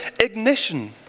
ignition